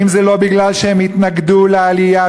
האם זה לא מכיוון שהם התנגדו לעלייה